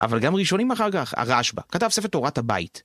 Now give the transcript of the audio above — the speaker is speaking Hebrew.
אבל גם ראשונים אחר כך, הרשב"א, כתב ספר תורת הבית.